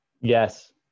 Yes